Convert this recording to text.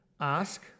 Ask